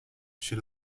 she